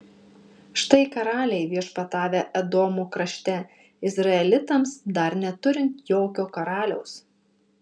štai karaliai viešpatavę edomo krašte izraelitams dar neturint jokio karaliaus